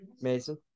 Mason